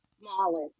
smallest